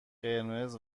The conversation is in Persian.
قرمز